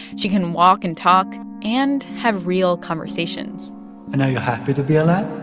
she can walk and talk and have real conversations and are you happy to be alive?